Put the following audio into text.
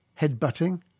headbutting